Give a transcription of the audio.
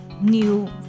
new